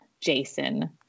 Jason